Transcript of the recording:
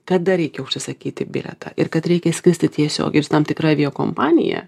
kada reikia užsisakyti bilietą ir kad reikia skristi tiesiogiai ir su tam tikra aviakompanija